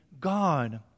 God